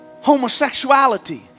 homosexuality